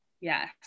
Yes